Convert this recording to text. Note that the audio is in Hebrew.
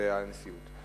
זאת הנשיאות.